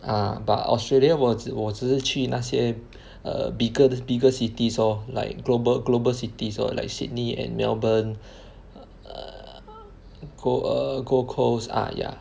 uh but Australia 我只我只是去那些 err bigger the bigger cities lor like global global cities lor like Sydney and Melbourne err Gold err Gold Coast ah ya